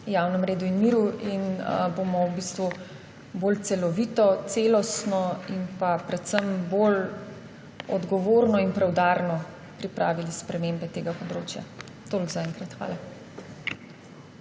javnega reda in miru in bomo bolj celovito, celostno in predvsem bolj odgovorno ter preudarno pripravili spremembe tega področja. Toliko zaenkrat. Hvala.